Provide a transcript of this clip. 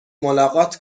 ملاقات